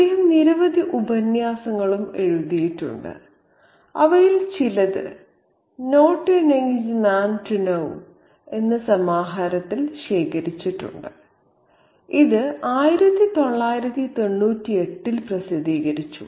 അദ്ദേഹം നിരവധി ഉപന്യാസങ്ങളും എഴുതിയിട്ടുണ്ട് അവയിൽ ചിലത് not a nice man to know എന്ന സമാഹാരത്തിൽ ശേഖരിച്ചിട്ടുണ്ട് ഇത് 1998 ൽ പ്രസിദ്ധീകരിച്ചു